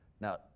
Now